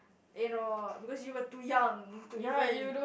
you know because you were too young to even